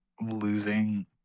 losing